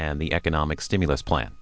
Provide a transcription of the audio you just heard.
and the economic stimulus plan